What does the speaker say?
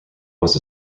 was